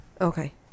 Okay